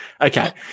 Okay